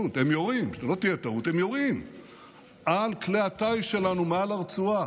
שלא תהיה טעות, על כלי הטיס שלנו מעל הרצועה,